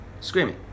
Screaming